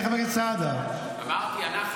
לא, סעדה, זה לא מדויק.